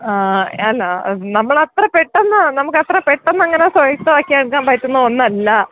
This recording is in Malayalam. ആ അല്ല നമ്മൾ അത്ര പെട്ടെന്ന് നമുക്കത്രപ്പെട്ടന്നങ്ങനെ സ്വായത്തമാക്കി എടുക്കാൻ പറ്റുന്ന ഒന്നല്ല